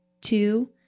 two